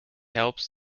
helps